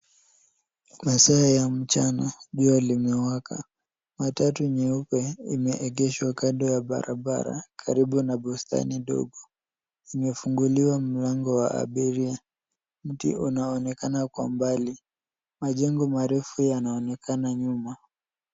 Masaa ya mchana jua limewaka. Matatu nyeupe imeegeshwa kando ya barabara, karibu na bustani ndogo. Imefunguliwa mlango wa abiria. Mti unaonekana kwa mbali, majengo marefu yanaonekana nyuma.